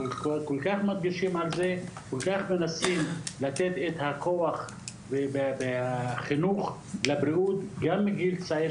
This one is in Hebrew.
אנחנו מנסים לחנך לאורח חיים בריא כבר מגיל צעיר,